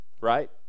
right